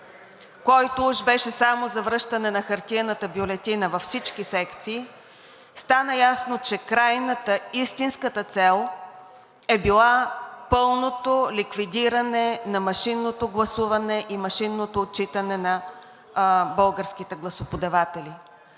който уж беше само за връщане на хартиената бюлетина във всички секции, стана ясно, че крайната, истинската цел е била пълното ликвидиране на машинното гласуване и машинното отчитане на българските гласоподаватели.